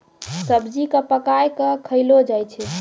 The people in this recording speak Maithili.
सब्जी क पकाय कॅ खयलो जाय छै